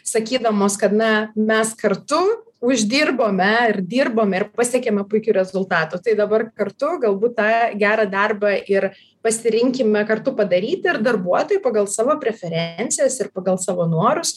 sakydamos kad na mes kartu uždirbome ir dirbome ir pasiekėme puikių rezultatų tai dabar kartu galbūt tą gerą darbą ir pasirinkime kartu padaryti ir darbuotojai pagal savo preferencijas ir pagal savo norus